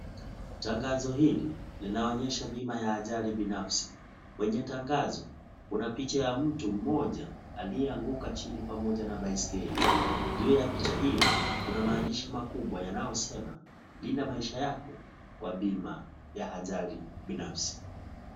Tangazo hili linaonyesha bima ya ajali binafsi. Kwenye tangazo kuna picha ya mtu mmoja, aliyeanguka chini pamoja na baiskeli. Juu ya picha hiyo kuna maandishi makubwa yanayosema, Linda maisha yako kwa Bima ya ajali binafsi.